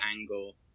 angle